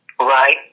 Right